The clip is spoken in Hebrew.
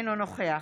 אינו נוכח